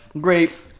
Great